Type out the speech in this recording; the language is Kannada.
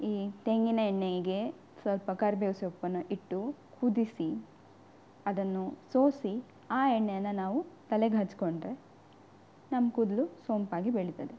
ಈ ತೆಂಗಿನ ಎಣ್ಣೆಗೆ ಸ್ವಲ್ಪ ಕರ್ಬೇವು ಸೊಪ್ಪನ್ನು ಇಟ್ಟು ಕುದಿಸಿ ಅದನ್ನು ಸೋಸಿ ಆ ಎಣ್ಣೆಯನ್ನು ನಾವು ತಲೆಗೆ ಹಚ್ಕೊಂಡರೆ ನಮ್ಮ ಕೂದಲು ಸೋಂಪಾಗಿ ಬೆಳಿತದೆ